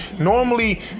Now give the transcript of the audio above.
normally